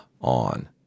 on